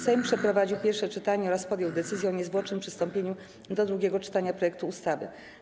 Sejm przeprowadził pierwsze czytanie oraz podjął decyzję o niezwłocznym przystąpieniu do drugiego czytania projektu ustawy.